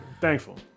Thankful